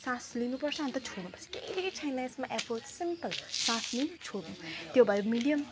सास लिनुपर्छ अन्त छोड्नुपर्छ केही छैन यसमा एफोट्स सिम्पल सास लिनु छोड्नु त्यो भयो मिडियम